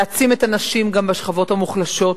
להעצים את הנשים גם בשכבות המוחלשות,